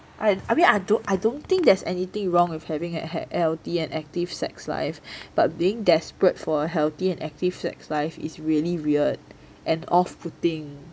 I I mean I don't I don't think there's anything wrong with having healthy and active sex life but being desperate for a healthy and active sex life is really weird and off-putting